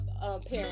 parents